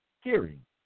hearing